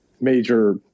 major